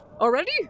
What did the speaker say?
Already